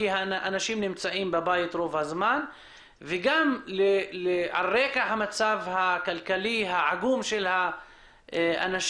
כי האנשים נמצאים בבית רוב הזמן ועל רקע המצב הכלכלי העגום של האנשים,